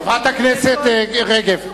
חברת הכנסת רגב.